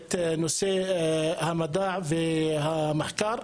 את נושא המדע והמחקר.